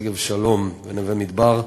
שגב-שלום ונווה-מדבר,